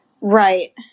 Right